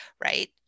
right